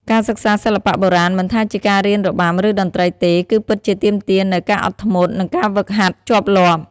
ការសិក្សាសិល្បៈបុរាណ មិនថាជាការរៀនរបាំ ឬតន្ត្រីទេ គឺពិតជាទាមទារនូវ ការអត់ធ្មត់ និងការហ្វឹកហាត់ជាប់លាប់។